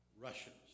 Russians